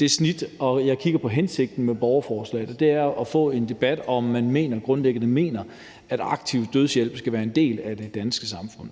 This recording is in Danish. det snit, at jeg kigger på hensigten med borgerforslaget, og det er jo at få en debat om, om man grundlæggende mener, at aktiv dødshjælp skal være en del af det danske samfund,